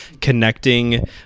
connecting